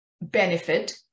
benefit